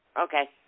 Okay